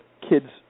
kids